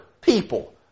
people